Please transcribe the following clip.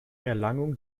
erlangung